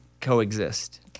coexist